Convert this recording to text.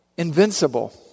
Invincible